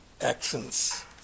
actions